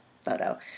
photo